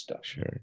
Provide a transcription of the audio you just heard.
Sure